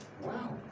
Wow